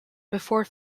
before